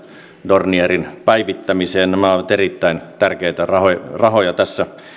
dornierin päivittämiseen nämä ovat erittäin tärkeitä rahoja rahoja tässä